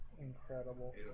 incredible